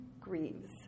grieves